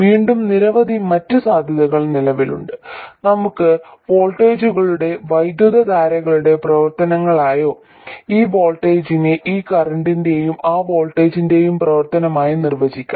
വീണ്ടും നിരവധി മറ്റ് സാധ്യതകൾ നിലവിലുണ്ട് നമുക്ക് വോൾട്ടേജുകളെ വൈദ്യുതധാരകളുടെ പ്രവർത്തനങ്ങളായോ ഈ വോൾട്ടേജിനെ ഈ കറന്റിന്റെയും ആ വോൾട്ടേജിന്റെയും പ്രവർത്തനമായി നിർവചിക്കാം